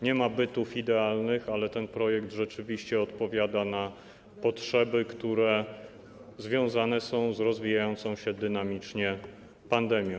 Nie ma bytów idealnych, ale ten projekt rzeczywiście odpowiada na potrzeby, które związane są z rozwijającą się dynamicznie pandemią.